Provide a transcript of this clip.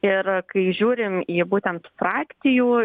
ir kai žiūrim į būtent frakcijų